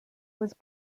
was